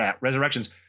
Resurrections